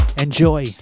Enjoy